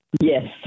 Yes